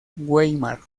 weimar